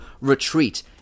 retreat